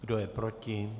Kdo je proti?